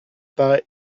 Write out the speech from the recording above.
paraît